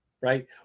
right